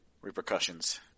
Repercussions